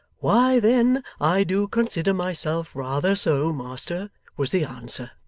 why, then, i do consider myself rather so, master was the answer.